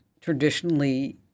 traditionally